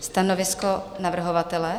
Stanovisko navrhovatele?